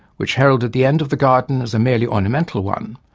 which heralded the end of the garden as a merely ornamental one,